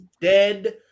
dead